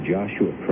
Joshua